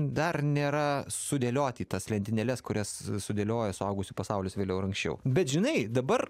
dar nėra sudėlioti į tas lentynėles kurias sudėlioja suaugusių pasaulis vėliau ir anksčiau bet žinai dabar